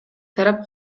тарап